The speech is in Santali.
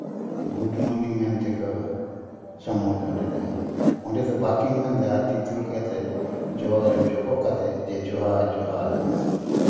ᱜᱩᱰ ᱢᱚᱨᱱᱤᱝ ᱢᱮᱱᱛᱮᱠᱚ ᱥᱚᱢᱵᱳᱫᱷᱚᱱ ᱮᱫᱟ ᱚᱸᱰᱮᱫᱚ ᱵᱟᱹᱠᱤᱱ ᱢᱮᱱᱫᱟ ᱛᱤ ᱛᱩᱞ ᱠᱟᱛᱮᱫ ᱡᱚᱯᱚᱜ ᱠᱟᱛᱮᱫ ᱡᱚᱦᱟᱨ ᱡᱚᱦᱟᱨ